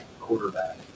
quarterback